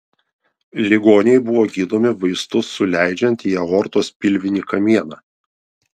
ligoniai buvo gydomi vaistus suleidžiant į aortos pilvinį kamieną